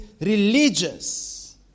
religious